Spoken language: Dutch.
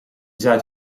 zuid